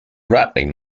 rattling